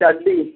চাড্ডি